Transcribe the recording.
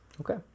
Okay